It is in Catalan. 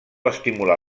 estimular